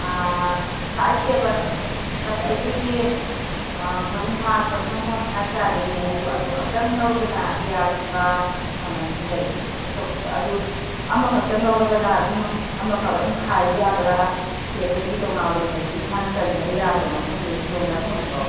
ꯑꯥ side table ꯅꯠꯇꯦ ꯑꯩꯈꯣꯏꯒꯤ ꯈꯔꯨꯡ ꯐꯥꯟ ꯀꯣꯟꯊꯝꯐꯝ ꯍꯥꯏꯇꯔꯦꯅꯦ ꯑꯗꯨ ꯑꯗꯨꯈꯛꯇꯪ ꯂꯧꯔꯒꯅ ꯀꯌꯥꯒꯨꯝꯕ ꯃꯃꯟꯁꯤ ꯂꯩ ꯑꯗꯨ ꯑꯃ ꯈꯛꯇꯪ ꯂꯧꯔꯒꯅ ꯑꯗꯨꯝ ꯑꯃ ꯈꯛ ꯑꯗꯨꯝ ꯈꯥꯏꯕ ꯌꯥꯕꯔꯥ ꯁꯦꯠꯇꯒꯤ ꯇꯣꯉꯥꯟ ꯑꯣꯏꯅ ꯑꯩꯈꯣꯏ ꯏꯁꯥꯅ ꯆꯟꯖꯕ ꯌꯥꯕꯔꯣ ꯃꯐꯝꯗꯨꯗ ꯈꯨꯗꯣꯡ ꯆꯥꯕ ꯐꯪꯕ꯭ꯔꯣ